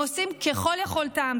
הם עושים ככל יכולתם,